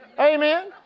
Amen